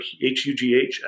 hugh